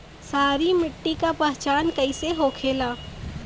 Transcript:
सारी मिट्टी का पहचान कैसे होखेला?